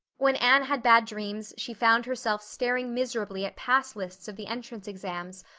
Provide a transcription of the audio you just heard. when anne had bad dreams she found herself staring miserably at pass lists of the entrance exams,